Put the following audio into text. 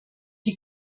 die